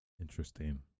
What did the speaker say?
Interesting